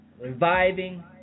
reviving